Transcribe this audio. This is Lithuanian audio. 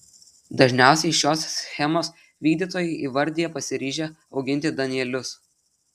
dažniausiai šios schemos vykdytojai įvardija pasiryžę auginti danielius